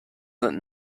sind